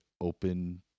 open